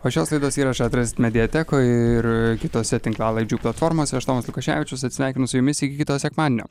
o šios laidos įrašą atrasit mediatekoj ir kitose tinklalaidžių platformose aš tomas lukoševičius atsisveikinu su jumis iki kito sekmadienio